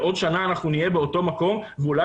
בעוד שנה אנחנו נהיה באותו מקום ואולי